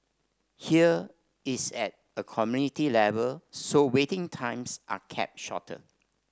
here it's at a community level so waiting times are kept shorter